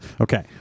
Okay